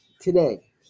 today